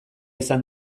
izan